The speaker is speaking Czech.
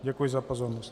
Děkuji za pozornost.